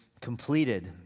completed